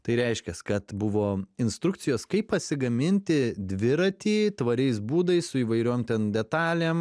tai reiškias kad buvo instrukcijos kaip pasigaminti dviratį tvariais būdais su įvairiom ten detalėm